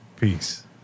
Peace